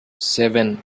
seven